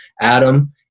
Adam